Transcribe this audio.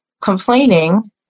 complaining